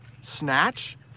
Snatch